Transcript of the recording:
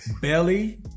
Belly